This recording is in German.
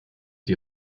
die